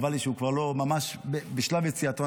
ממש בשלב יציאתו,